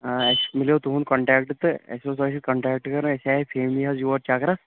آ اَسہِ میلیٛو تُہُنٛد کوٚنٛٹیٚکٹہٕ تہٕ اَسہِ اوس تۄہہِ کوٚنٛٹٚکٹ کَرُن أسۍ آیاے فیٚملی حظ یور چکرَس